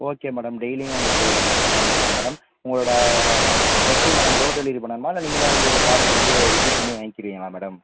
okay madam டெய்லியும் உங்களுக்கு பண்ணிடலாம் மேடம் உங்களோட எப்படி மேடம் டோர் டெலிவரி பண்ணணுமா இல்லை நீங்களே வந்து ஷாப்புக்கு வந்து விசிட் பண்ணி வாங்கிறிங்களா மேடம்